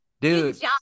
Dude